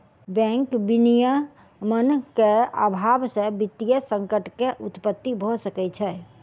bank विनियमन के अभाव से वित्तीय संकट के उत्पत्ति भ सकै छै